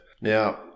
Now